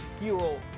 Hero